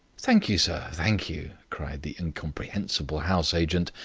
thank you, sir, thank you, cried the incomprehensible house-agent,